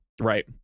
right